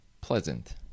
pleasant